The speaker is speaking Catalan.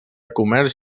comerç